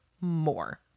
more